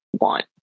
want